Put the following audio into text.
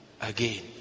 again